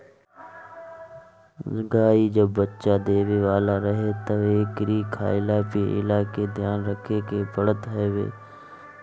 गाई जब बच्चा देवे वाला रहे तब एकरी खाईला पियला के ध्यान रखे के पड़त हवे